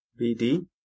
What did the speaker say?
BD